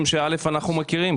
אנחנו מכירים,